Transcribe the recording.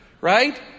Right